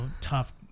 tough